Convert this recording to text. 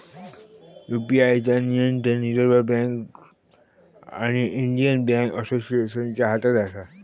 UPI चा नियंत्रण reserve bank आणि इंडियन बॅन्क असोसिएशनच्या हातात असा